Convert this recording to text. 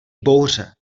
bouře